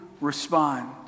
respond